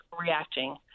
reacting